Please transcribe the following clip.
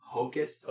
Hocus